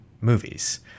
movies